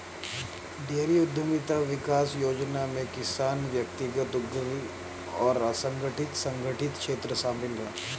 dairy उद्यमिता विकास योजना में किसान व्यक्तिगत उद्यमी और असंगठित संगठित क्षेत्र शामिल है